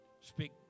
speak